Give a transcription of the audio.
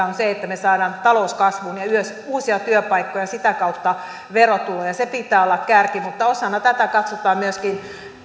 on se että me saamme talouden kasvuun ja uusia työpaikkoja ja sitä kautta verotuloja sen pitää olla kärki mutta osana tätä katsotaan myöskin